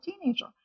teenager